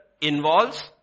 involves